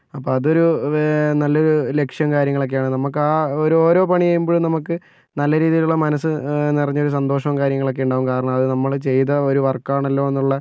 അപ്പം അതൊരു വേ നല്ലൊരു ലക്ഷ്യം കാര്യങ്ങളൊക്കെയാണ് നമുക്ക് ആ ഒരോ പണി ചെയ്യുമ്പോഴും നമുക്ക് നല്ല രീതിയിലുള്ള മനസ്സ് നിറഞ്ഞ ഒരു സന്തോഷം കാര്യങ്ങളൊക്കെ ഉണ്ടാകും കാരണം അത് നമ്മൾ ചെയ്ത ഒരു വർക്കാണല്ലോ എന്നുള്ള